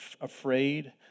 afraid